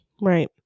Right